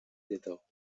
d’état